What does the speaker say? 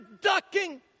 ducking